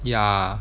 ya